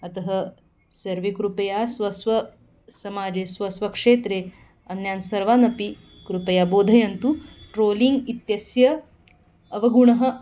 अतः सर्वे कृपया स्व स्वसमाजे स्व स्वक्षेत्रे अन्यान् सर्वान् अपि कृपया बोधयन्तु ट्रोलिङ्ग् इत्यस्य अवगुणः